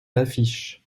l’affiche